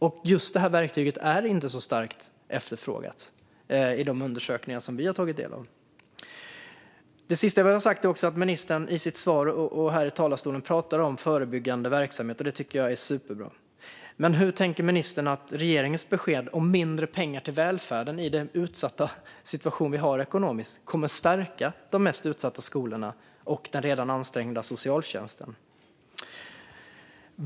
Och just det här verktyget är inte så starkt efterfrågat i de undersökningar som vi har tagit del av. Det sista jag vill ha sagt är att jag tycker att det är superbra att ministern i sitt svar och här i talarstolen talar om förebyggande verksamhet. Men hur tänker ministern att regeringens besked om mindre pengar till välfärden i den ekonomiskt utsatta situation som vi har kommer att stärka de mest utsatta skolorna och den redan ansträngda socialtjänsten?